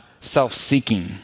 self-seeking